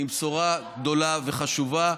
היא בשורה גדולה וחשובה.